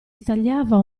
stagliava